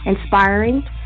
inspiring